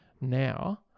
now